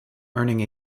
earning